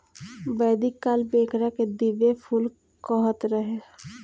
वैदिक काल में एकरा के दिव्य फूल कहात रहे